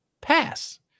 pass